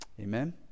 Amen